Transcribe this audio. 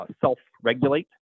self-regulate